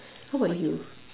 how about you